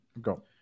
Go